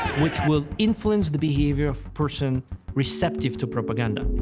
which will influence the behavior of person receptive to propaganda,